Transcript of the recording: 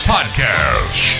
Podcast